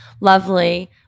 lovely